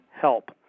help